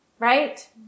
right